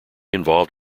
involved